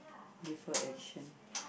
defer action